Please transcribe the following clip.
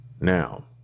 Now